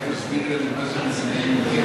אולי תסבירי לנו מה זה מדינה יהודית?